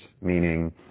Meaning